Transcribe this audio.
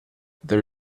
there